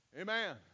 Amen